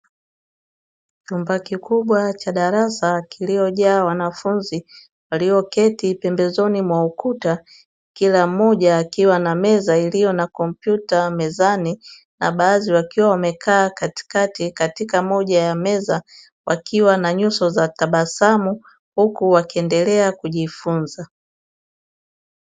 Chumba kikubwa cha darasa kiliojaa wanafunzi walioketi pembezoni mwa ukuta, kila mmoja akiwa na meza iliyo na kompyuta mezani. Na baadhi wakiwa wamekaa katikati katika moja ya meza, wakiwa na nyuso za tabasamu huku wakiendelea kujifunza.